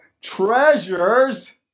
treasures